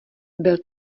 byl